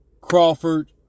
Crawford